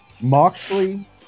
Moxley